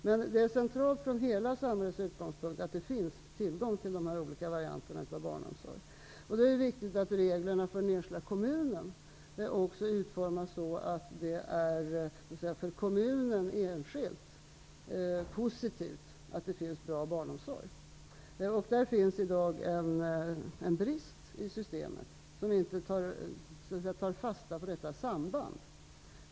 Det är alltså centralt, från hela samhällets utgångspunkt, att det finns tillgång till de olika varianterna av barnomsorg. Det är viktigt att reglerna för den enskilda kommunen utformas så att det för kommunen enskilt är positivt att det finns bra barnomsorg. Det finns i dag en brist i systemet som inte tar fasta på detta samband.